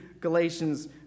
Galatians